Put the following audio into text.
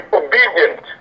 obedient